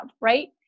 right